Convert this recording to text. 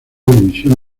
división